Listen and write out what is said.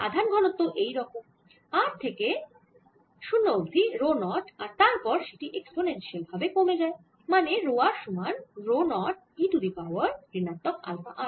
আধান ঘনত্ব এই রকম r থেকে 0 অবধি রো 0 আর তারপর সেটি এক্সপোনেনশিয়াল ভাবে কমে যায় মানে রো r সমান rho 0 e to the power ঋণাত্মক আলফা r